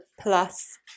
plus